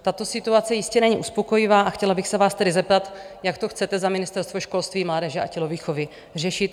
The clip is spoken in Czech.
Tato situace jistě není uspokojivá, a chtěla bych se vás tedy zeptat, jak to chcete za Ministerstvo školství, mládeže a tělovýchovy řešit?